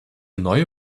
neue